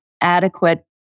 adequate